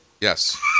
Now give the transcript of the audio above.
Yes